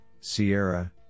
Sierra